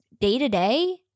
day-to-day